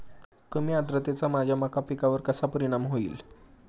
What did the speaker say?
कमी आर्द्रतेचा माझ्या मका पिकावर कसा परिणाम होईल?